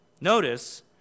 Notice